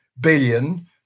billion